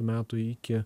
metų iki